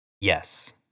Yes